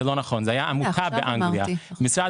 זאת הייתה עמותה באנגליה.